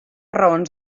raons